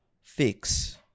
Fix